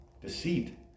Deceit